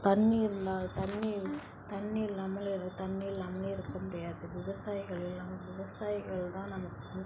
தண்ணீர் இல்லா தண்ணீர் தண்ணி இல்லாமல் இரு தண்ணி இல்லாமல் இருக்க முடியாது விவசாயிகள் எல்லாம் விவசாயிகள் தான் நமக்கு